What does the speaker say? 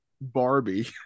Barbie